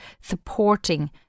supporting